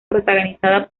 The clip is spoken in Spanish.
protagonizada